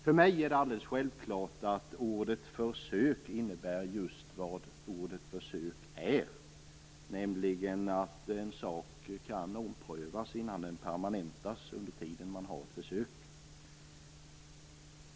För mig är det alldeles självklart att ordet "försök" innebär just vad ordet "försök" är, nämligen att under tiden det råder ett "försök" kan en sak omprövas innan den permanentas.